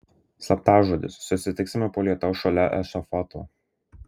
slaptažodis susitiksime po lietaus šalia ešafoto